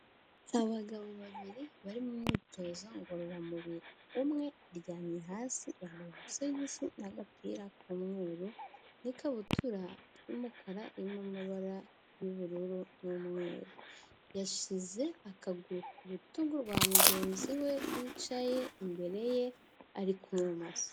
Abagabo babiri bari mu myitozo ngororamubiri, umwe aryamye hasi, yambaye udusogisi n'agapira k'umweru n'ikabutura y'umukara irimo amabara y'ubururu n'umweru, yashyize akaguru ku rutugu rwa mugenzi we wicaye imbere ye, ari kumumasa.